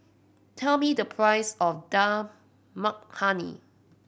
tell me the price of Dal Makhani